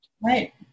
Right